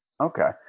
Okay